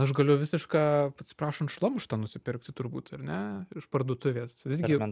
aš galiu visišką atsiprašant šlamštą nusipirkti turbūt ar ne iš parduotuvės visgi